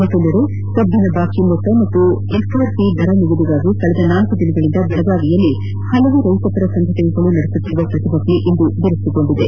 ಮತ್ತೊಂದೆಡೆ ಕಬ್ಬಿನ ಬಾಕಿ ಮೊತ್ತ ಮತ್ತು ಎಪ್ ಆರ್ ಪಿ ದರ ನಿಗದಿಗಾಗಿ ಕಳೆದ ನಾಲ್ಕು ದಿನಗಳಿಂದ ಬೆಳಗಾವಿಯಲ್ಲಿ ಹಲವು ರೈತ ಪರ ಸಂಘಟನೆಗಳು ನಡೆಸುತ್ತಿರುವ ಪ್ರತಿಭಟನೆ ಇಂದು ಬಿರುಸುಗೊಂಡಿದೆ